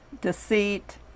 deceit